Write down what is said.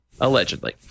Allegedly